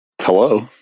hello